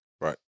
Right